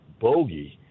bogey